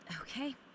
Okay